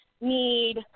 need